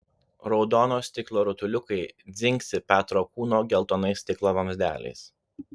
raudono stiklo rutuliukai dzingsi petro kūno geltonais stiklo vamzdeliais